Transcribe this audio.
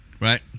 Right